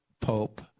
Pope